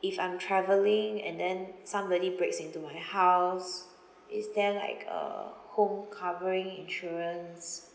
if I'm travelling and then somebody breaks into my house is there like a home covering insurance